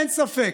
אין ספק,